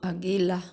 अगिला